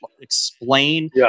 explain